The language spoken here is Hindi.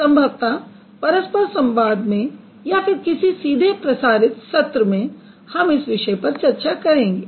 संभवतः परस्पर संवाद में या फिर किसी सीधे प्रसारित सत्र में हम इस विषय पर चर्चा करेंगे